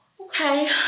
Okay